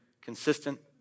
consistent